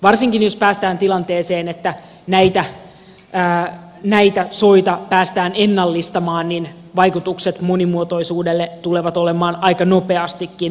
varsinkin jos päästään tilanteeseen että näitä soita päästään ennallistamaan vaikutukset monimuotoisuuteen tulevat olemaan aika nopeastikin positiivisia